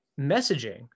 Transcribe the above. Messaging